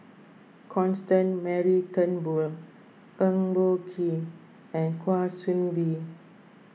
Constance Mary Turnbull Eng Boh Kee and Kwa Soon Bee